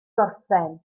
gorffen